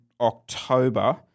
October